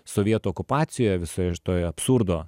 sovietų okupacijoje visoje šitoje absurdo